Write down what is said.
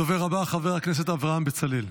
הדובר הבא, חבר הכנסת אברהם בצלאל.